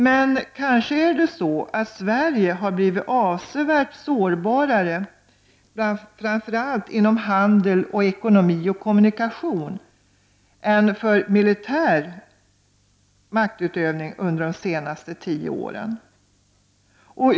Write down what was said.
Det är kanske så att Sverige har blivit avsevärt sårbarare framför allt inom handel, ekonomi och kommunikation än för militär maktutövning under de senaste tio åren.